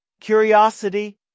curiosity